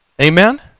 Amen